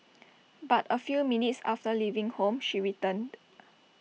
but A few minutes after leaving home she returned